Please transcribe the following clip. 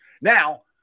Now